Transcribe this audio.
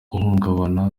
guhungabana